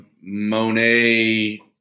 Monet